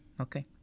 Okay